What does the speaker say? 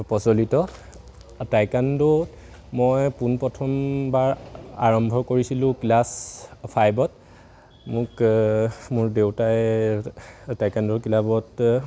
প্ৰচলিত টাইকোৱনড' মই পোনপ্ৰথমবাৰ আৰম্ভ কৰিছিলোঁ ক্লাছ ফাইভত মোক মোৰ দেউতাই টাইকোৱনড'ৰ ক্লাবত